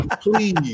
please